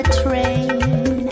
train